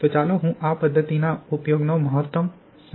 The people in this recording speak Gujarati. તો ચાલો હું આ પદ્ધતિના ઉપયોગનો મહત્વ સમજાવું